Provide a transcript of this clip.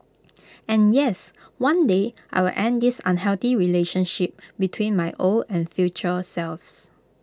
and yes one day I will end this unhealthy relationship between my old and future selves